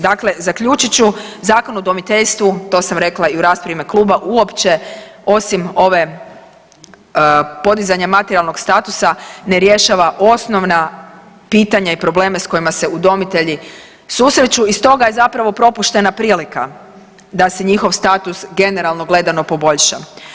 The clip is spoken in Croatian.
Dakle zaključit ću, Zakon o udomiteljstvu, to sam rekla i u raspravi u ime kluba uopće osim ove podizanja materijalnog statusa ne rješava osnovna pitanja i probleme s kojima se udomitelji susreću i stoga je zapravo propuštena prilika da se njihov status generalno gledano poboljša.